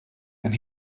and